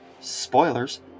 Spoilers